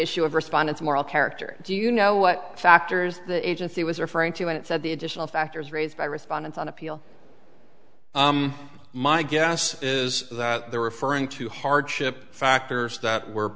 issue of respondents moral character do you know what factors the agency was referring to when it said the additional factors raised by respondents on appeal my guess is that they're referring to hardship factors that were